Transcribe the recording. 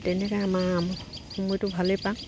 তেনেকৈ আমাৰ সময়টো ভালেই পাওঁ